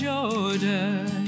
Jordan